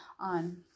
on